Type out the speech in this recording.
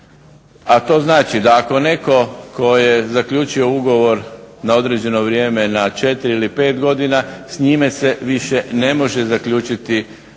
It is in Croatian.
a to znači da ako netko tko je zaključio ugovor na određeno vrijeme na 4 ili 5 godina s njime se više ne može zaključiti novi